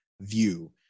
view